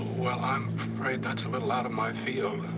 well, i'm afraid that's a little out of my field.